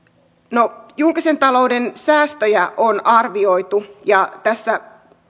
no julkisen talouden säästöjä on arvioitu ja tässä